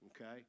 okay